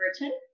written